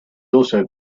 also